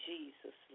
Jesus